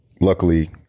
Luckily